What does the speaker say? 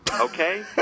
okay